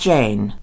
Jane